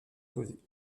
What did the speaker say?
poser